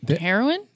heroin